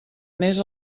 més